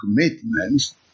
commitments